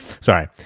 Sorry